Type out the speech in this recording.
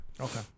Okay